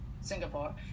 singapore